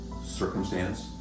circumstance